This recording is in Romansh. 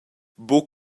buca